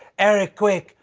eric, quick,